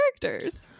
characters